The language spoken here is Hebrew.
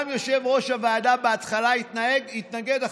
גם יושב-ראש הוועדה בהתחלה התנגד,